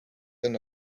and